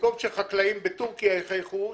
במקום שחקלאים בטורקיה יחייכו,